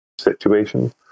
situation